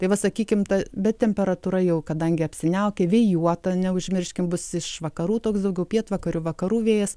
tai va sakykim ta bet temperatūra jau kadangi apsiniaukę vėjuota neužmirškim bus iš vakarų toks daugiau pietvakarių vakarų vėjas